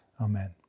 Amen